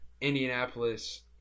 Indianapolis